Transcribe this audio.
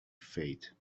fate